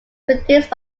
produced